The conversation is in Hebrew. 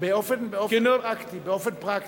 באופן פרקטי,